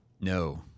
No